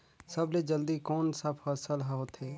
सबले जल्दी कोन सा फसल ह होथे?